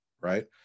right